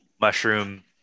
mushroom